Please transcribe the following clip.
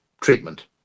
treatment